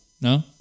No